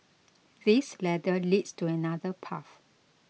this ladder leads to another path